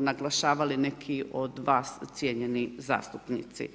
naglašavali neki od vas, cijenjeni zastupnici.